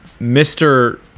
Mr